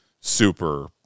super